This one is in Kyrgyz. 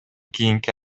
кийинки